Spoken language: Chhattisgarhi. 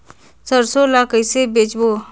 सरसो ला कइसे बेचबो?